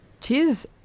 Cheers